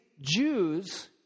Jews